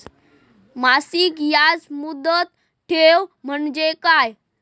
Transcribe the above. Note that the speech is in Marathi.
मासिक याज मुदत ठेव म्हणजे काय?